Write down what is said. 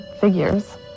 figures